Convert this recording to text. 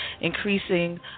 increasing